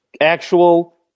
actual